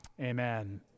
Amen